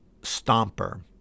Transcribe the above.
stomper